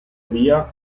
via